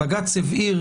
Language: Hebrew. הג"ץ הבהיר,